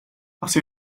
asi